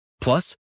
Plus